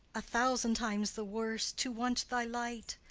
a thousand times the worse, to want thy light!